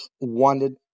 wanted